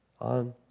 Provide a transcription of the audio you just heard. on